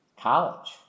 college